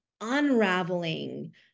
unraveling